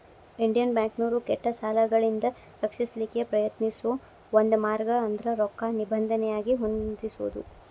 Indian ಬ್ಯಾಂಕ್ನೋರು ಕೆಟ್ಟ ಸಾಲಗಳಿಂದ ರಕ್ಷಿಸಲಿಕ್ಕೆ ಪ್ರಯತ್ನಿಸೋ ಒಂದ ಮಾರ್ಗ ಅಂದ್ರ ರೊಕ್ಕಾ ನಿಬಂಧನೆಯಾಗಿ ಹೊಂದಿಸೊದು